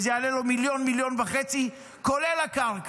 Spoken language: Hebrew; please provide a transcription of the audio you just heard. וזה יעלה לו מיליון או מיליון וחצי כולל הקרקע.